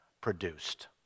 produced